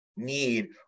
need